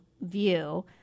view